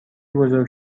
بزرگ